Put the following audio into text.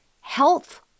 health